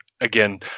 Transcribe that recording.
again